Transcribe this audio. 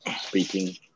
speaking